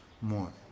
more